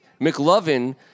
McLovin